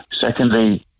Secondly